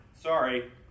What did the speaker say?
Sorry